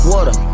Water